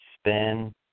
spin